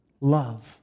Love